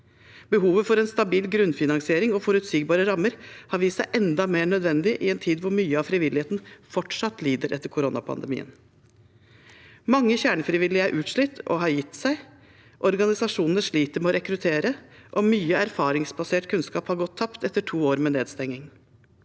Behovet for en stabil grunnfinansiering og forutsigbare rammer har vist seg enda mer nødvendig i en tid hvor mye av frivilligheten fortsatt lider etter koronapandemien. Mange kjernefrivillige er utslitt og har gitt seg. Organisasjoner sliter med å rekruttere, og mye erfaringsbasert kunnskap har gått tapt etter to år med nedstenging.